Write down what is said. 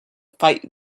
fight